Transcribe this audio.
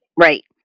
Right